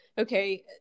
okay